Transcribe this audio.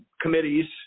committees